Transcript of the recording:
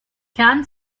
can